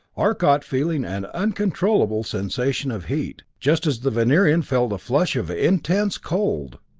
arcot feeling an uncomfortable sensation of heat, just as the venerian felt a flash of intense cold!